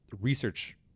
research